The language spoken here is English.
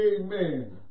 Amen